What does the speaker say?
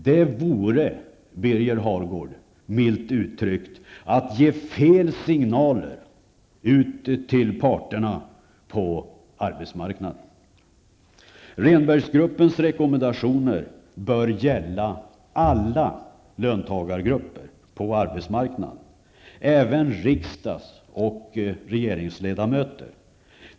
Det vore milt uttryckt att ge fel signaler till parterna på arbetsmarknaden, Birger Hagård. Rehnbergsgruppens rekommendationer bör gälla alla löntagargrupper på arbetsmarknaden, även riksdags och regeringsledamöter.